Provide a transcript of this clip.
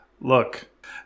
look